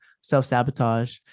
self-sabotage